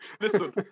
Listen